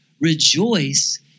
Rejoice